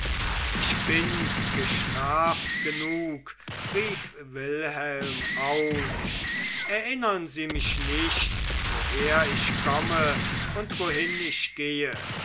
ich bin gestraft genug rief wilhelm aus erinnern sie mich nicht woher ich komme und wohin ich gehe